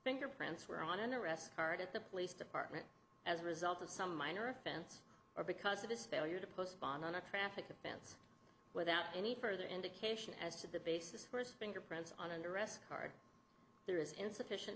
fingerprints were on an arrest card at the police department as a result of some minor offense or because of this failure to post bond on a traffic offense without any further indication as to the basis for his fingerprints on and arrest card there is insufficient